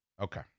Okay